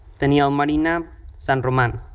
daniele marina san roman.